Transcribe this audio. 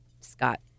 Scott